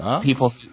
people